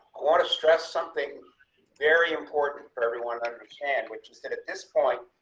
want to stress, something very important for every one hundred can, which is that at this point,